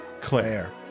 Claire